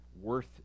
worth